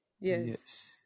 Yes